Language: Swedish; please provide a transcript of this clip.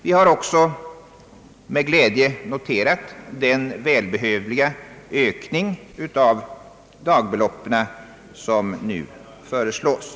Vi har också med glädje noterat den välbehövliga ökning i dagbeloppen som nu föreslås.